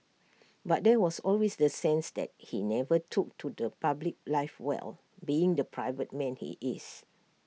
but there was always the sense that he never took to public life well being the private man he is